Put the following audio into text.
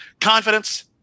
confidence